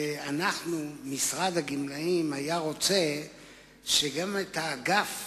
אנחנו, משרד הגמלאים, היה רוצה שגם את האגף